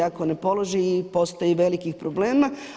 Ako ne položi i postoji velikih problema.